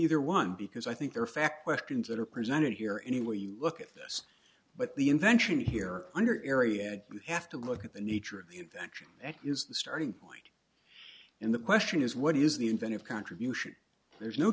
either one because i think they're fact questions that are presented here any way you look at this but the invention here under area i have to look at the nature of the action that is the starting point in the question is what is the inventive contribution there's no